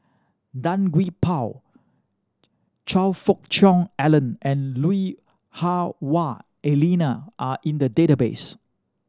Tan Gee Paw Choe Fook Cheong Alan and Lui Hah Wah Elena are in the database